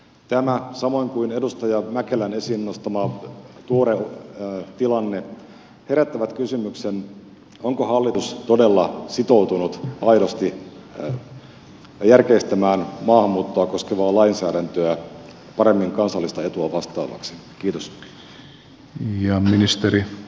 tämä samoin kuin edustaja mäkelän esiin nostama tuore tilanne herättävät kysymyksen onko hallitus todella sitoutunut aidosti järkeistämään maahanmuuttoa koskevaa lainsäädäntöä paremmin kansallista etua vastaavaksi